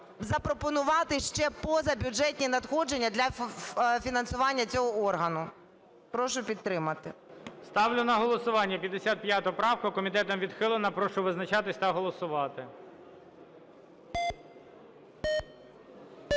запропонувати ще позабюджетні надходження для фінансування цього органу. Прошу підтримати. ГОЛОВУЮЧИЙ. Ставлю на голосування 55 правку, комітетом відхилена. Прошу визначатися та голосувати.